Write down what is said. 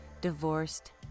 divorced